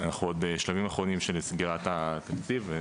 אנחנו עוד בשלבים אחרונים של סגירת התקציב.